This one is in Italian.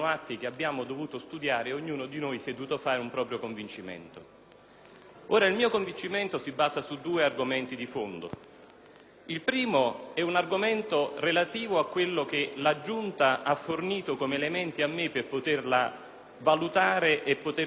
il mio convincimento si basa su due argomenti di fondo. Il primo è un argomento relativo a quanto la Giunta mi ha fornito come elementi per poter valutare la relazione